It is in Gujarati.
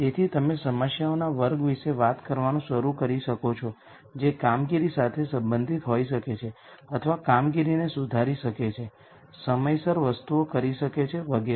તેથી તમે સમસ્યાઓના વર્ગ વિશે વાત કરવાનું શરૂ કરી શકો છો જે કામગીરી સાથે સંબંધિત હોઈ શકે છે અથવા કામગીરીને સુધારી શકે છે સમયસર વસ્તુઓ કરી શકે છે વગેરે